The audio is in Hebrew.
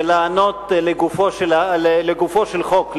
ולענות לגופו של חוק,